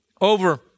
over